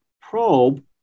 probe